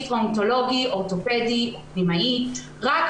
על רוב הדברים ברשימה הייתי צריכה לוותר,